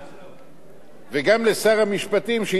וגם לשר המשפטים, שהסכים להתכופף